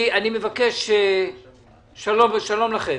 שלום לכם.